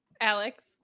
Alex